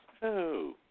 Hello